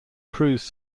cruise